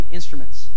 instruments